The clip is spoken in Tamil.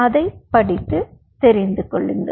அதை படித்து தெரிந்து கொள்ளுங்கள்